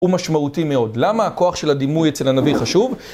הוא משמעותי מאוד, למה הכוח של הדימוי אצל הנביא חשוב?